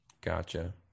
Gotcha